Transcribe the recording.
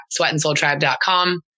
sweatandsoultribe.com